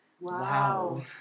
Wow